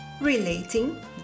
Relating